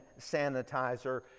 sanitizer